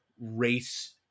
race